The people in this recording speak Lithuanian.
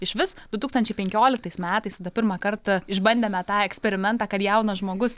išvis du tūkstančiai penkioliktais metais tada pirmąkart išbandėme tą eksperimentą kad jaunas žmogus